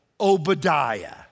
Obadiah